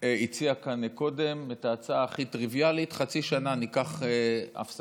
הציע כאן קודם את ההצעה הכי טריוויאלית: חצי שנה ניקח הפסקה,